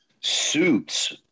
suits